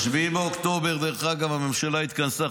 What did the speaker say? ב-7 באוקטובר הממשלה התכנסה,